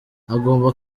agomba